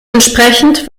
entsprechend